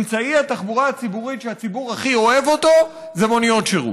אמצעי התחבורה הציבורית שהציבור הכי אוהב זה מוניות שירות.